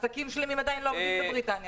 עסקים שלמים עדיין לא עובדים בבריטניה.